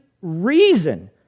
reason